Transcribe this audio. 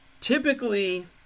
Typically